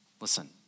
Listen